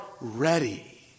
ready